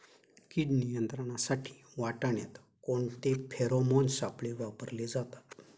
कीड नियंत्रणासाठी वाटाण्यात कोणते फेरोमोन सापळे वापरले जातात?